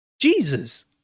Jesus